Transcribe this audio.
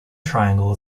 triangle